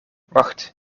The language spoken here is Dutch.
wacht